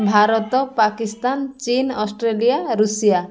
ଭାରତ ପାକିସ୍ତାନ ଚୀନ Australia Russia